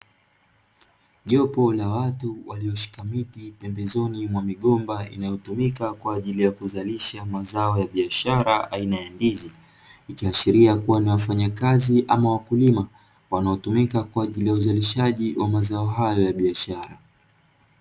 Jopo la watu waliyoshika miti pembezoni mwa migomba inayotumika kwa ajili ya kuzalisha mazao ya biashara aina ya ndizi ikiashiria kuwa ni wafanya kazi ama wakulima wanaotumika kwa ajili ya uzalishaji wa mazao hayo ya biashara.